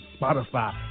Spotify